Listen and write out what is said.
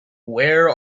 where